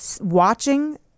watching